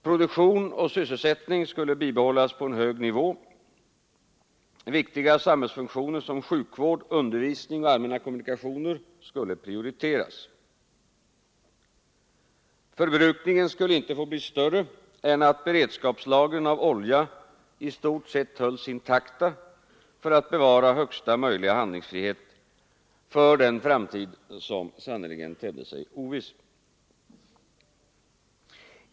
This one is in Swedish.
Produktion och sysselsättning skulle bibehållas på en hög nivå. Viktiga samhällsfunktioner som sjukvård, undervisning och allmänna kommunikationer skulle prioriteras. Förbrukningen skulle inte få bli större än att beredskapslagren av olja i stort sett hölls intakta för att bevara högsta möjliga handlingsfrihet för den framtid som sannerligen tedde sig oviss.